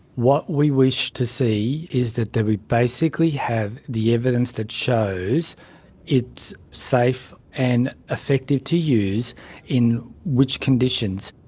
what we wish to see is that that we basically have the evidence that shows it's safe and effective to use in which conditions.